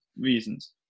reasons